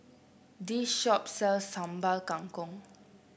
this shop sells Sambal Kangkong